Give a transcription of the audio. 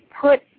put